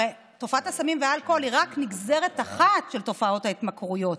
הרי תופעת הסמים והאלכוהול היא רק נגזרת אחת מתופעות ההתמכרויות.